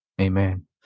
Amen